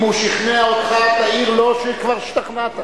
אם הוא שכנע אותך תעיר לו שכבר השתכנעת.